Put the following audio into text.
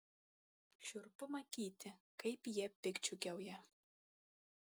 šiurpu matyti kaip jie piktdžiugiauja